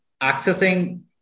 accessing